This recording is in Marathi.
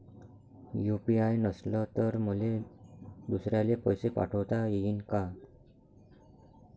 यू.पी.आय नसल तर मले दुसऱ्याले पैसे पाठोता येईन का?